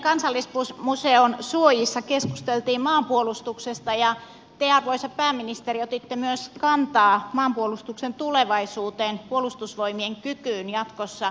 eilen kansallismuseon suojissa keskusteltiin maanpuolustuksesta ja te arvoisa pääministeri otitte myös kantaa maanpuolustuksen tulevaisuuteen puolustusvoimien kykyyn jatkossa